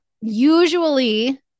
Usually